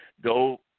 Go